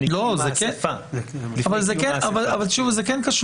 הבא, שבו אתם מדברים על הבקשה לבית